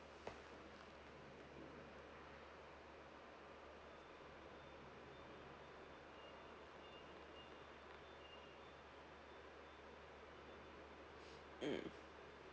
mm